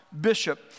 bishop